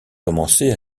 commençait